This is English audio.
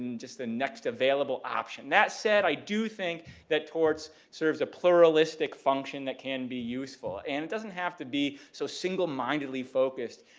and just the next available option, that said, i do think that torts serves a pluralistic function that can be useful and it doesn't have to be so single-mindedly focused,